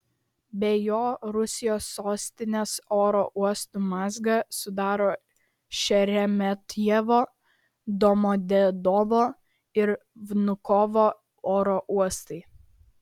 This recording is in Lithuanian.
be jo rusijos sostinės oro uostų mazgą sudaro šeremetjevo domodedovo ir vnukovo oro uostai